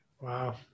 wow